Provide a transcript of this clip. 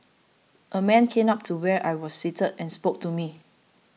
a man came up to where I was seated and spoke to me